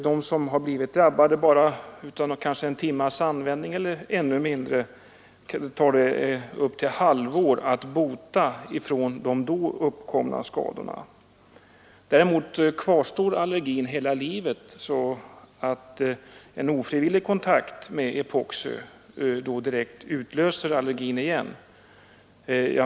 De som har blivit drabbade under bara en timmes användning eller mindre riskerar att det tar upp till ett halvår att bli botad från de uppkomna skadorna. Däremot kvarstår allergin hela livet, varför en ofrivillig kontakt med epoxi direkt utlöser allergi igen.